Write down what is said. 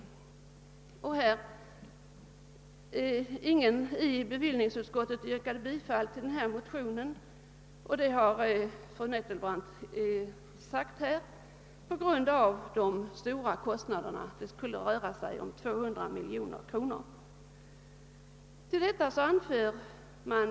Ingen i bevillningsutskottet har yrkat bifall till denna motion. Fru Nettelbrandt har sagt att detta berodde på de stora kostnader det skulle röra sig om — 200 miljoner kronor.